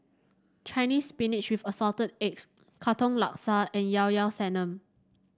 Chinese Spinach with Assorted Eggs Katong Laksa and Llao Llao Sanum